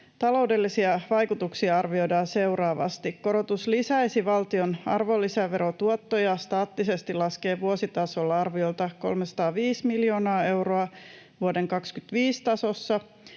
Taloudellisia vaikutuksia arvioidaan seuraavasti: Korotus lisäisi valtion arvonlisäverotuottoja staattisesti laskien vuositasolla arviolta 305 miljoonaa euroa vuoden 25 tasossa.